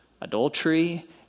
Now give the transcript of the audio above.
Adultery